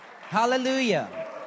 Hallelujah